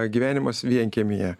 gyvenimas vienkiemyje